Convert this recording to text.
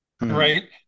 Right